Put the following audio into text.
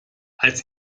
als